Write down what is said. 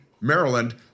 Maryland